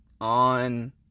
on